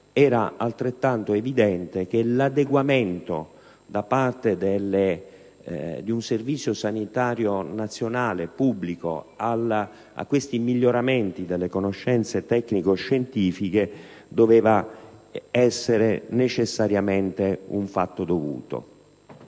Era altrettanto evidente che l'adeguamento da parte di un Servizio sanitario nazionale pubblico a questi miglioramenti delle conoscenze tecnico-scientifiche dovesse essere necessariamente un atto dovuto,